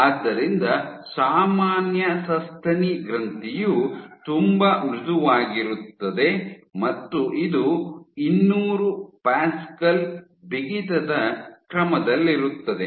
ಆದ್ದರಿಂದ ಸಾಮಾನ್ಯ ಸಸ್ತನಿ ಗ್ರಂಥಿಯು ತುಂಬಾ ಮೃದುವಾಗಿರುತ್ತದೆ ಮತ್ತು ಇದು ಇನ್ನೂರು ಪ್ಯಾಸ್ಕಲ್ ಬಿಗಿತದ ಕ್ರಮದಲ್ಲಿರುತ್ತದೆ